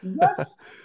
Yes